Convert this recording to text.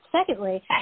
Secondly